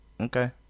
Okay